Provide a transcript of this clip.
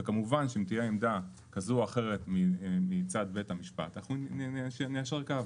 וכמובן שאם תהיה עמדה כזו או אחרת מצד בית המשפט אנחנו ניישר קו.